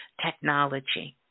technology